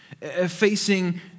facing